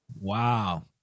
wow